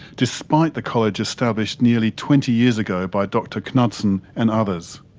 despite the college established nearly twenty years ago by dr knudsen and others.